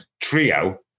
trio